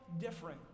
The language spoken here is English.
different